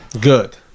good